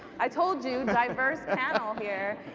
i told you. diverse panel here.